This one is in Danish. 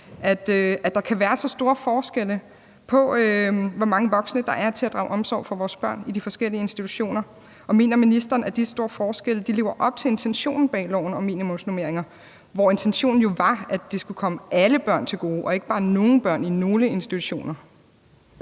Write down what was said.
at der kan være så stor forskel på, hvor mange voksne der er til at drage omsorg for vores børn i de forskellige institutioner, og mener ministeren, at det, når der er de store forskelle, lever op til intentionen bag loven om minimumsnormeringer? Intentionen var jo, at det skulle komme alle børn til gode og ikke bare nogle børn i nogle institutioner.